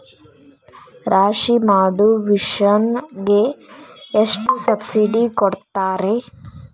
ರಾಶಿ ಮಾಡು ಮಿಷನ್ ಗೆ ಎಷ್ಟು ಸಬ್ಸಿಡಿ ಕೊಡ್ತಾರೆ?